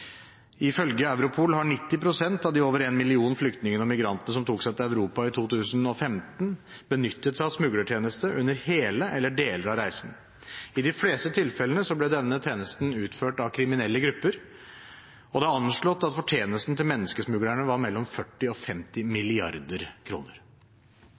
Ifølge Europol har 90 pst. av de over én million flyktningene og migrantene som tok seg til Europa i 2015, benyttet seg av smuglertjenester under hele eller deler av reisen. I de fleste tilfellene ble denne tjenesten utført av kriminelle grupper, og det er anslått at fortjenesten til menneskesmuglerne var mellom 40 mrd. og 50